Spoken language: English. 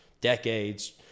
decades